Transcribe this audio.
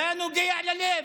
זה היה נוגע ללב,